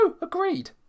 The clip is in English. Agreed